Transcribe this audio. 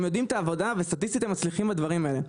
הם יודעים את העבודה וסטטיסטית הם מצליחים בדברים האלה.